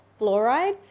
fluoride